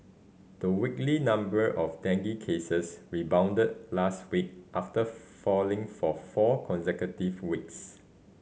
the weekly number of dengue cases rebounded last week after falling for four consecutive weeks